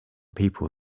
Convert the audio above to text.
people